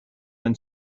then